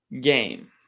Game